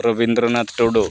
Rabindranath Tudu